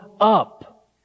up